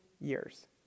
years